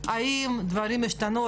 האם דברים השתנו.